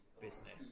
business